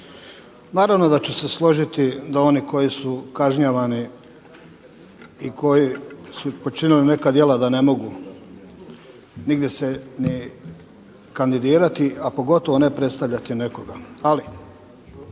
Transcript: Naravno da ću se složiti da oni koji su kažnjavani i koji su počinili neka djela da ne mogu nigdje se ni kandidirati, a pogotovo ne predstavljati nekoga. Ali